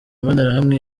mbonerahamwe